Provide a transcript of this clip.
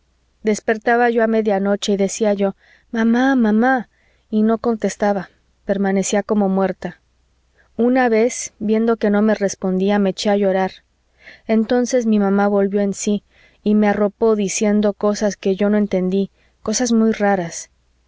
despertaba yo a media noche y decía yo mamá mamá y no contestaba permanecía como muerta una vez viendo que no me respondía me eché a llorar entonces mi mamá volvió en sí y me arropó diciendo cosas que yo no entendí cosas muy raras